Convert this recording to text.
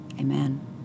Amen